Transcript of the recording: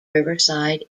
riverside